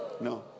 No